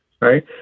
right